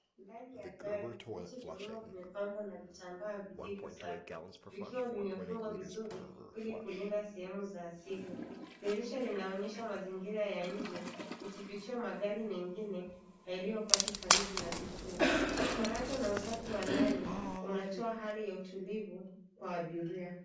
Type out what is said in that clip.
Ndani ya gari, viti vya nyuma vimepambwa na vitambaa ambavyo vilivyo safi vikiwa vimefungwa vizuri ili kulinda sehemu za asili. Dirisha linaonyesha mazingira ya nje ikifichua magari mengeni yaliyopaki karibu na kituo. Faraja na usafi wa ndani unatoa hali ya utulivu kwa abiria.